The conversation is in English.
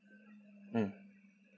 mm